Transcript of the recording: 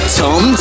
tom